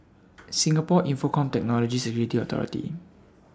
Singapore Infocomm Technology Security Authority